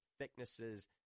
thicknesses